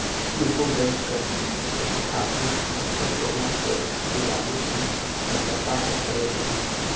UCO bank कर असथापना बछर सोला सव तिरालिस में कलकत्ता में होए रहिस